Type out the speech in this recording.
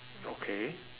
okay